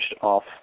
off